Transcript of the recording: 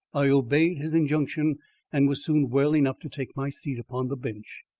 i obeyed his injunction and was soon well enough to take my seat upon the bench.